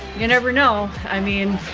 you never know. i mean,